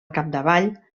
capdavall